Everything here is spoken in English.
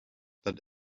that